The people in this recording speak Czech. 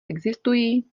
existují